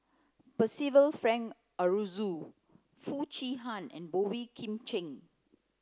Percival Frank Aroozoo Foo Chee Han and Boey Kim Cheng